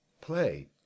play